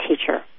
teacher